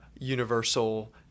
universal